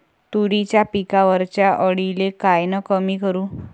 तुरीच्या पिकावरच्या अळीले कायनं कमी करू?